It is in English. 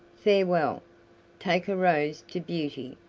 farewell. take a rose to beauty,